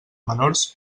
menors